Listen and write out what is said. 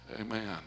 Amen